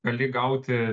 gali gauti